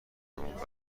توان